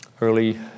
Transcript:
early